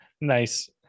Nice